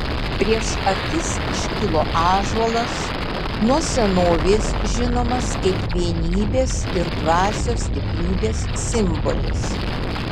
prieš akis iškilo ąžuolas nuo senovės žinomas kaip vienybės ir dvasios stiprybės simbolis